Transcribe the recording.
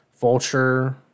Vulture